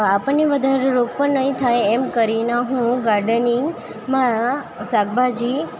આપડને વધારે રોપો નઇ થાય એમ કરીને હું ગાર્ડનિંગ માં શાકભાજી